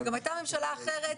גם היתה ממשלה אחרת,